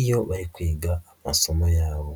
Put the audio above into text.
iyo bari kwiga amasomo yabo.